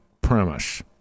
premise